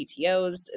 CTOs